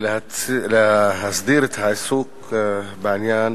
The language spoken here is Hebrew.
ולהסדיר את העיסוק בעניין